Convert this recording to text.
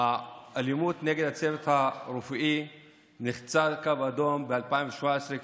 באלימות נגד הצוות הרפואי נחצה קו אדום ב-2017,